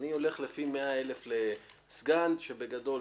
אני הולך לפי 100 אלף לסגן שבגדול,